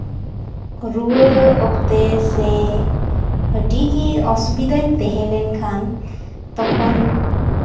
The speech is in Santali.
ᱨᱩᱣᱟᱹ ᱚᱠᱛᱮ ᱥᱮ ᱟᱹᱰᱤᱜᱮ ᱚᱥᱩᱵᱤᱫᱷᱟᱧ ᱛᱟᱦᱮᱸ ᱞᱮᱱᱠᱷᱟᱱ ᱛᱚᱠᱷᱚᱱ